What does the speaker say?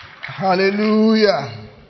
Hallelujah